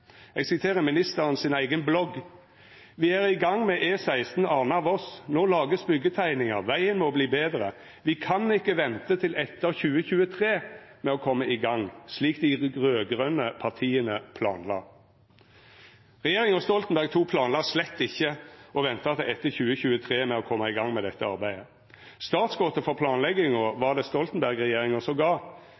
siterer frå ministeren si eiga Facebook-side: «Vi er i gang med E16 Arna-Voss. Nå lages byggetegninger, veien må bli bedre. Vi kan ikke vente til etter 2023 med å komme i gang, slik de rødgrønne partiene planla.» Regjeringa Stoltenberg II planla slett ikkje å venta til etter 2023 med å koma i gang med dette arbeidet. Startskotet for planlegginga var det